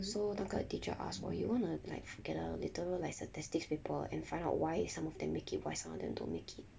so 那个 teacher ask for you wanna like gather literal like statistics report and find out why some of them make it why some of them don't make it